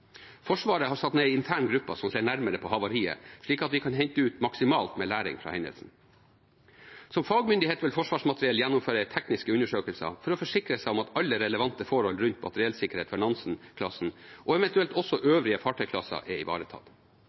Forsvaret har satt ned en intern gruppe som ser nærmere på havariet, slik at vi kan hente ut maksimalt med læring fra hendelsen. Som fagmyndighet vil Forsvarsmateriell gjennomføre tekniske undersøkelser for å forsikre seg om at alle relevante forhold rundt materiellsikkerhet for Nansen-klassen, og eventuelt også øvrige fartøyklasser, er ivaretatt.